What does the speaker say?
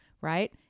right